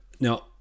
now